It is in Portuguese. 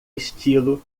estilo